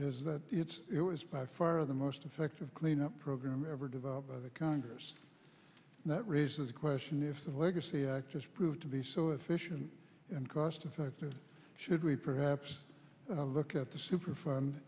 is that it's it was by far the most effective cleanup program ever developed by the congress that raises a question if the legacy act just proved to be so efficient and cost effective should we perhaps look at the superfun